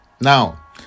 Now